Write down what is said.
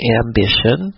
ambition